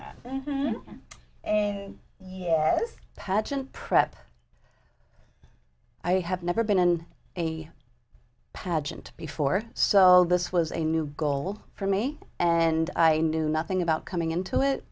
that and yes pageant prep i have never been in a pageant before so this was a new goal for me and i knew nothing about coming into it